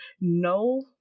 no